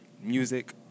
Music